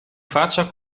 faccia